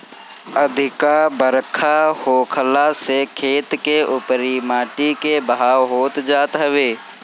अधिका बरखा होखला से खेत के उपरी माटी के बहाव होत जात हवे